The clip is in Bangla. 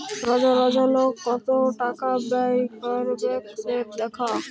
রজ রজ লক কত টাকা ব্যয় ক্যইরবেক সেট দ্যাখা